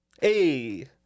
Hey